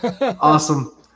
Awesome